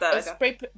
spray